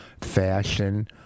fashion